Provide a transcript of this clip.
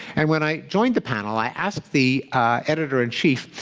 and when i joined the panel, i asked the editor in chief,